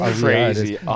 crazy